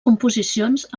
composicions